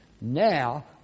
Now